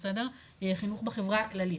חינוך בחברה הכללית.